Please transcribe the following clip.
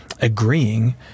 agreeing